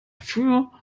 für